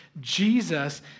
Jesus